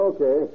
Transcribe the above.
Okay